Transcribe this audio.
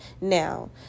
Now